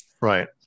Right